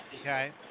Okay